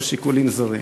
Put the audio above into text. או שמשיקולים זרים?